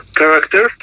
character